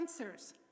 sensors